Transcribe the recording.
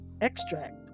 extract